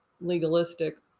legalistic